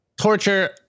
Torture